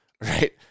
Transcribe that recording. Right